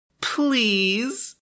Please